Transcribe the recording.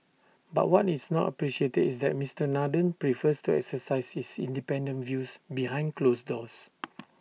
but what is not appreciated is that Mister Nathan prefers to exercise his independent views behind closed doors